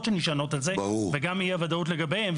שנשענות על זה ויש גם אי-וודאות לגביהן.